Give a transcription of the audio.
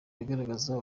bigaragaza